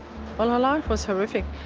well her life was horrific.